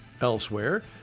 elsewhere